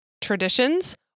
traditions